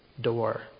door